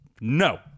No